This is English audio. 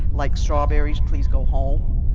like strawberries, please go home.